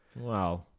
Wow